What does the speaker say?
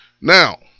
Now